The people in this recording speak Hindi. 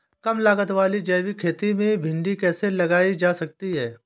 कम लागत वाली जैविक खेती में भिंडी कैसे लगाई जा सकती है?